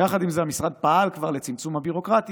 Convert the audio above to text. יחד עם זה, המשרד פעל כבר לצמצום הביורוקרטיה.